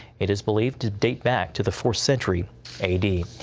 it is believed to date back to the fourth century a d.